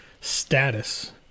status